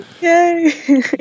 Yay